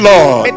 Lord